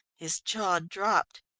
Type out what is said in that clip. his jaw dropped.